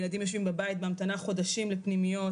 ילדים יושבים בבית בהמתנה חודשים לפנימיות,